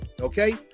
Okay